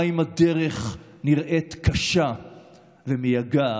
גם אם הדרך נראית קשה ומייגעת,